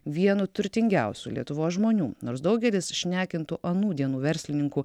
vienu turtingiausių lietuvos žmonių nors daugelis šnekintų anų dienų verslininkų